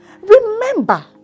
Remember